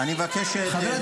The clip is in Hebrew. חברת